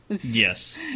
Yes